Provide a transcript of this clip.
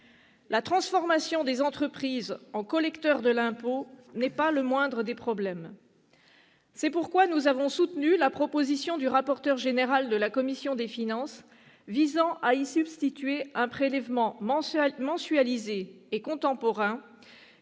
La transformation des entreprises en collecteurs de l'impôt n'est pas le moindre des problèmes. C'est pourquoi nous avons soutenu la proposition du rapporteur général de la commission des finances, qui vise à y substituer un prélèvement mensualisé et contemporain